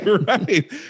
Right